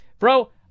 Bro